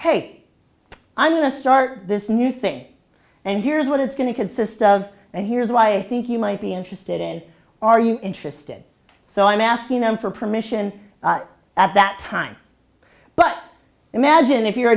hey i'm going to start this new thing and here's what it's going to consist of and here's why i think you might be interested in are you interested so i'm asking them for permission at that time but imagine if you